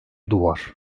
duvar